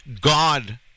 God